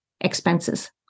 expenses